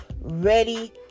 ready